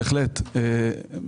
בהחלט כן.